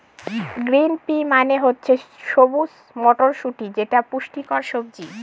green pea মানে হচ্ছে সবুজ মটরশুটি যেটা পুষ্টিকর সবজি